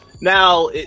now